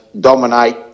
dominate